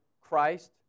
Christ